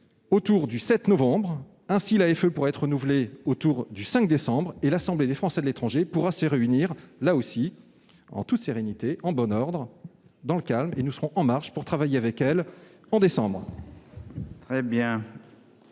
autour du 7 novembre prochain, et l'AFE pourra être renouvelée vers le 5 décembre. L'Assemblée des Français de l'étranger pourra donc se réunir en toute sérénité, en bon ordre, dans le calme, et nous serons en marche pour travailler avec elle. La parole